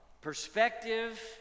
perspective